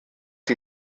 die